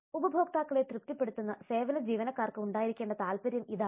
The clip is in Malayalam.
ഉപഭോക്താക്കളെ തൃപ്തിപ്പെടുത്തുന്ന സേവന ജീവനക്കാർക്ക് ഉണ്ടായിരിക്കേണ്ട താല്പര്യം ഇതാണ്